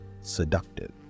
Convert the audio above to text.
seductive